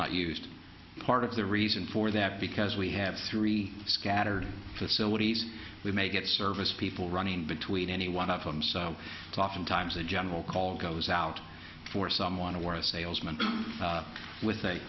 not used part of the reason for that because we have three scattered facilities we may get service people running between any one of them so oftentimes a general call goes out for someone or a salesman with a